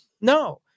no